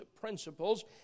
Principles